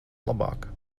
labāk